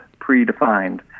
predefined